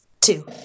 Two